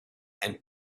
and